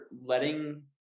letting